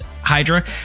Hydra